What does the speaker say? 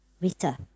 Rita